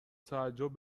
تعجب